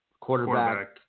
quarterback